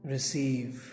Receive